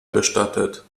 bestattet